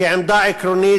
כעמדה עקרונית,